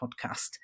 Podcast